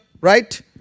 right